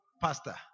Pastor